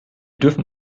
dürfen